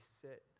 sit